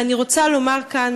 ואני רוצה לומר כאן,